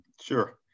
Sure